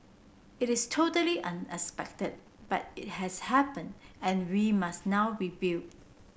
it is totally unexpected but it has happened and we must now rebuild